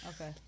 Okay